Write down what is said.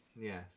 Yes